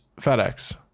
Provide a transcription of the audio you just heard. FedEx